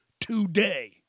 today